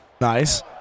Nice